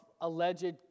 alleged